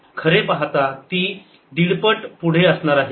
खरे पहाता ती दीडपट पुढे आहे